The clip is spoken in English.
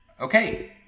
Okay